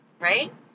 right